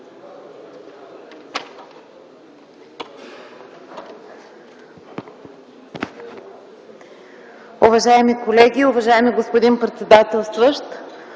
Уважаеми колеги, уважаеми господин председателстващ!